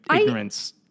ignorance